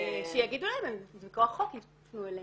אז שיגידו --- יפנו אליהם.